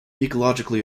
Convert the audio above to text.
ecologically